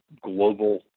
global